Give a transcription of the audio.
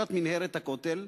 פרשת מנהרת הכותל.